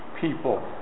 people